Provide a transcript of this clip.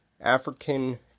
African